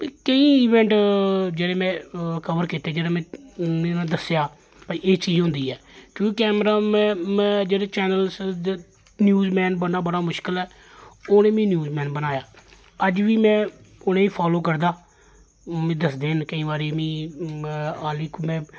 केईं ईवेंट जेह्ड़े में कवर कीते जेह्ड़े में उ'नेंगी दस्सेआ भाई एह् चीज होंदी ऐ क्योंकि कैमरा मैन जेह्ड़े चैनल्स जां न्यूज मैन बनना बड़ा मुश्कल ऐ उ'नें मिगी न्यूज मैन बनाया अज्ज बी में उ'नेंगी फालो करदा ओह् मिगी दसदे न केईं बारी मी हालांकि में